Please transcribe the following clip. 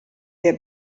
der